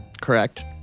Correct